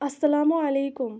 اَسلامُ علیکُم